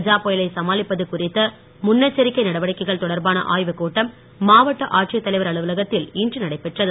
கஜா புயலை சமாளிப்பது குறித்த முன்னெச்சரிக்கை நடவடிக்கைகள் தொடர்பான ஆய்வுக்கூட்டம் மாவட்ட ஆட்சித் தலைவர் அலுவலகத்தில் இன்று நடைபெற்றது